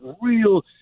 real